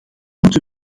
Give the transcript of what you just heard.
moeten